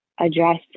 address